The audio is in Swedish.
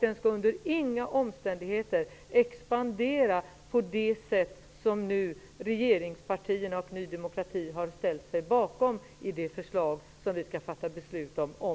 Den skall under inga omständigheter expandera på det sätt som sägs i det förslag som regeringspartierna och Ny demokrati nu stöder och som vi snart skall fatta beslut om.